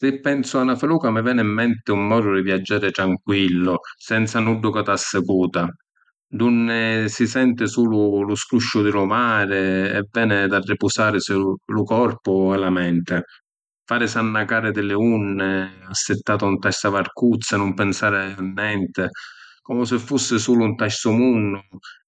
Si’ pensu a na filuca mi veni ‘n menti un modu di viaggiari tranquillu, senza nuddu ca t’assicuta, d’unni si senti sulu lu scrùsciu di lu mari e veni d’arripusarisi lu corpu e la menti. Farisi annacari di li unni assittatu nta sta varcuzza e nun pinsari a nenti, comu si fussi sulu nta stu munnu